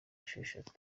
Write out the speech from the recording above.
esheshatu